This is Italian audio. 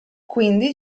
quindi